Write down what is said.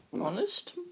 Honest